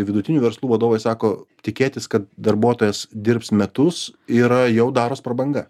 vidutinių verslų vadovai sako tikėtis kad darbuotojas dirbs metus yra jau daros prabanga